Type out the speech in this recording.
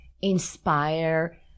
inspire